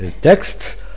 texts